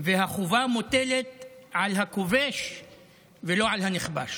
והחובה מוטלת על הכובש ולא על הנכבש.